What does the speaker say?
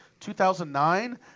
2009